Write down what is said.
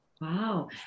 Wow